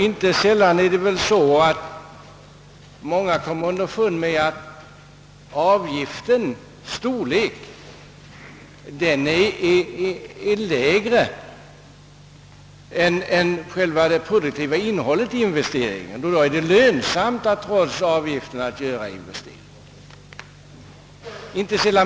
Inte sällan kommer man underfund med att avgiftens storlek i förhållande till det produktiva innehållet i investeringen är sådan, att det trots avgiften blir lönsamt att investera.